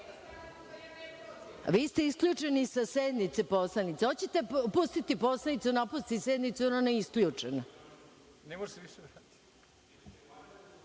ste isključeni sa sednice, poslanice. Hoćete li pustiti poslanicu da napusti sednicu jer ona je isključena?